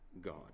God